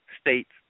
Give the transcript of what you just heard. states